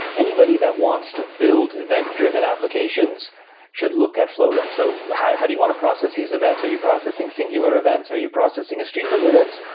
anybody that wants to build event-driven applications should look at flogo. so how how do you want to process these events? are you processing singular events? are you processing a stream of events,